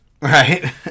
right